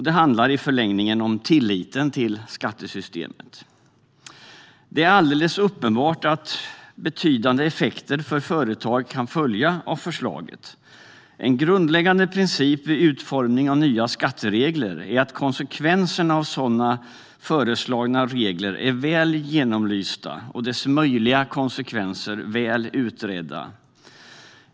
Det handlar i förlängningen om tilliten till skattesystemet. Det är alldeles uppenbart att betydande effekter för företag kan följa av förslaget. En grundläggande princip vid utformning av nya skatteregler är att de möjliga konsekvenserna av föreslagna regler är väl genomlysta och utredda.